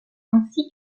ainsi